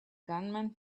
gunman